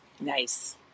nice